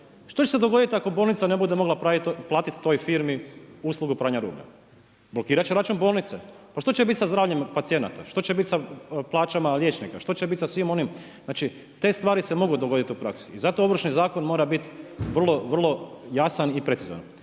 Što će se dogoditi ako bolnica ne bude mogla otplatiti toj firmi uslugu pranja rublja? Blokirati će račun bolnice. Pa što će biti sa zdravljem pacijenata, što će biti sa plaćama liječnika, što će biti sa svim onim, znači te stvari se mogu dogoditi u praksi, zato ovršni zakon mora biti vrlo jasan i precizan.